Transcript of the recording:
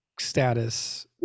status